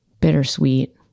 bittersweet